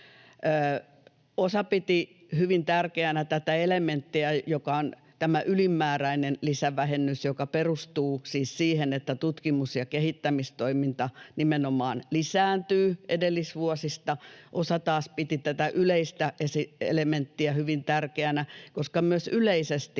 Osa piti hyvin tärkeänä tätä elementtiä, joka on tämä ylimääräinen lisävähennys, joka perustuu siis siihen, että tutkimus- ja kehittämistoiminta nimenomaan lisääntyy edellisvuosista. Osa taas piti tätä yleistä elementtiä hyvin tärkeänä, koska myös yleisesti